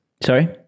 Sorry